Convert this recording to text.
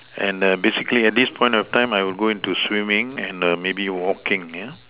and basically at this point of time I will go into swimming and maybe walking yeah